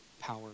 power